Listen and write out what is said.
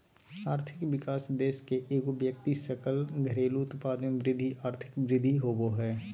आर्थिक विकास देश के एगो व्यक्ति सकल घरेलू उत्पाद में वृद्धि आर्थिक वृद्धि होबो हइ